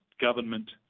government